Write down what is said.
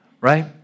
Right